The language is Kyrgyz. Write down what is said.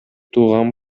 тууган